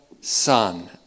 son